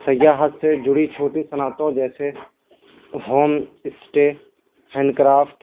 سیاحت سے جڑی چھوٹی صنعتوں جیسے ہوم اسٹے ہینڈ کرافٹ